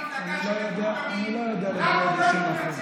אני לא יודע לדבר בשם אחרים.